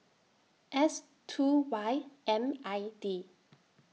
S two Y M I D